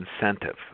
incentive